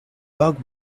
bug